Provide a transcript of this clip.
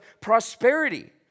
prosperity